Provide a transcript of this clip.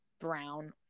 Brown